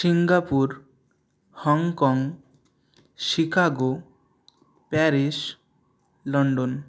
Singapore Hong Kong Chicago Paris London